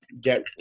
Get